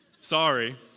Sorry